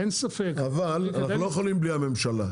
אבל אנחנו לא יכולים בלי הממשלה.